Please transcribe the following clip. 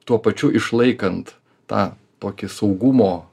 tuo pačiu išlaikant tą tokį saugumo